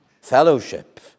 fellowship